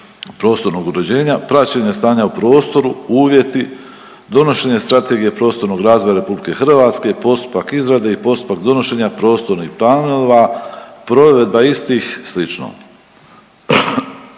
prostornog uređenja, praćenje stanja u prostoru, uvjeti, donošenje strategije prostornog razvoja Republike Hrvatske, postupak izrade i postupak donošenja prostornih planova, provedba istih i sl.